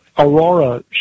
Aurora